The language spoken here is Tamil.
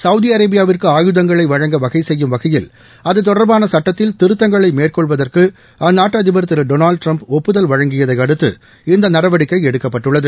சவுதி அரேபியாவிற்கு ஆயுதங்களை வழங்க வகை செய்யும் வகையில் அது தொடர்பான சட்டத்தில் திருத்தங்களை மேற்கொள்வதற்கு அந்நாட்டு அதிபர் திரு டொனால்டு ட்டிரம்ப் ஒப்புதல் வழங்கியதை அடுத்து இந்த நடவடிக்கை எடுக்கப்பட்டுள்ளது